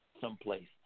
someplace